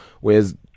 whereas